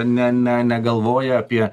ne ne negalvoja apie